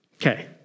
Okay